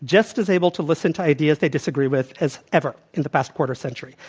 just as able to listen to ideas they disagree with as ever in the past quarter century.